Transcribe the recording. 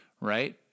Right